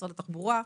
משרד התחבורה,